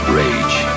rage